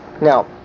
Now